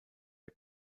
der